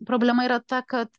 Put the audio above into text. problema yra ta kad